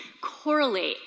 correlate